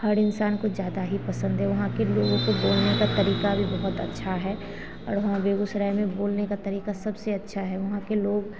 हर इंसान को ज़्यादा ही पसंद है यहाँ के लोगों को बोलने का तरीका भी बहुत अच्छा है और हाँ बेगूसराय में बोलने का तरीका सबसे अच्छा है वहाँ के लोग